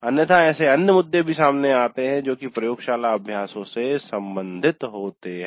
अन्यथा ऐसे अन्य मुद्दे भी सामने आते हैं जो कि प्रयोगशाला अभ्यासों से सम्बंधित होते हैं